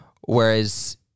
Whereas